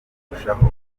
kurushaho